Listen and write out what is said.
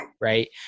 right